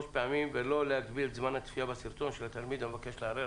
בלי הגבלת זמן הצפייה של המערער,